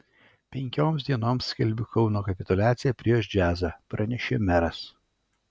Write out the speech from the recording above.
penkioms dienoms skelbiu kauno kapituliaciją prieš džiazą pranešė meras